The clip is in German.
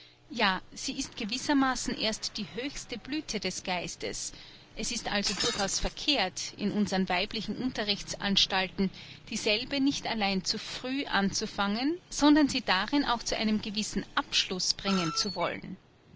ja sie ist gewissermaßen erst die höchste blüthe des geistes es ist also durchaus verkehrt in unsern weiblichen unterrichtsanstalten dieselbe nicht allein zu früh anzufangen sondern sie darin auch zu einem gewissen abschluß bringen zu wollen